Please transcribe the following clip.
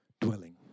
dwelling